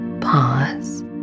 Pause